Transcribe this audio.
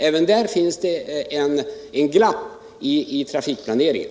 Även där finns det ett glapp i trafikplaneringen.